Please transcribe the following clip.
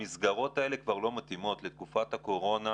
המסגרות האלה כבר לא מתאימות בתקופת הקורונה.